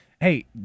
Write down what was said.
hey